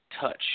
touch